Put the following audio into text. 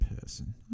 person